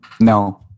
No